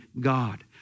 God